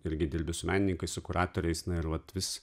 irgi dirbi su menininkais su kuratoriais na ir vat vis